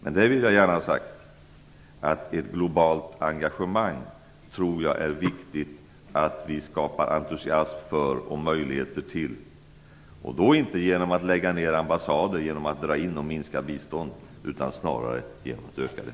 Jag vill gärna ha sagt att ett globalt engagemang tror jag är viktigt att vi skapar entusiasm för och möjligheter till, inte genom att lägga ner ambassader eller att minska biståndet utan snarare genom att öka det.